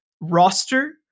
roster